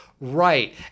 Right